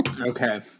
Okay